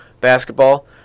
basketball